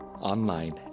online